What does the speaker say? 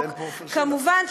כמובן,